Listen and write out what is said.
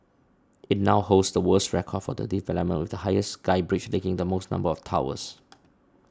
it now holds the world's record for the development with the highest sky bridge linking the most number of towers